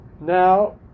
Now